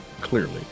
clearly